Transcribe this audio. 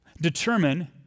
determine